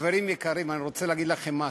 חברים יקרים, אני רוצה להגיד לכם משהו: